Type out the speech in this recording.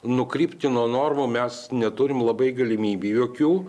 nukrypti nuo normų mes neturim labai galimybių jokių